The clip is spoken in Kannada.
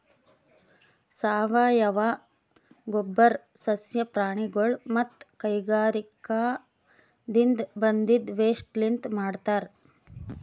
ಸಾವಯವ ಗೊಬ್ಬರ್ ಸಸ್ಯ ಪ್ರಾಣಿಗೊಳ್ ಮತ್ತ್ ಕೈಗಾರಿಕಾದಿನ್ದ ಬಂದಿದ್ ವೇಸ್ಟ್ ಲಿಂತ್ ಮಾಡಿರ್ತರ್